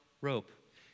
rope